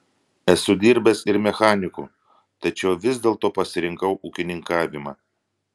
esu dirbęs ir mechaniku tačiau vis dėlto pasirinkau ūkininkavimą